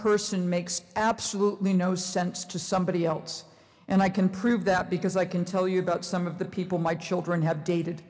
person makes absolutely no sense to somebody else and i can prove that because i can tell you about some of the people my children have dated